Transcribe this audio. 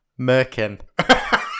merkin